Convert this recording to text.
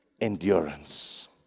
endurance